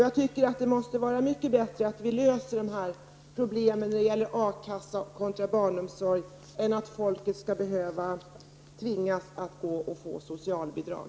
Jag tycker att det måste vara mycket bättre att vi löser de här problemen när det gäller A-kassa kontra barnomsorg än att folk skall tvingas att gå och få socialbidrag.